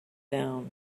down